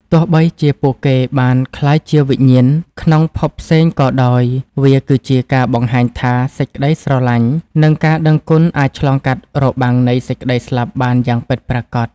ទោះបីជាពួកគេបានក្លាយជាវិញ្ញាណក្នុងភពផ្សេងក៏ដោយ វាគឺជាការបង្ហាញថា សេចក្ដីស្រឡាញ់ និងការដឹងគុណអាចឆ្លងកាត់របាំងនៃសេចក្ដីស្លាប់បានយ៉ាងពិតប្រាកដ។